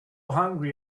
hungry